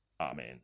Amen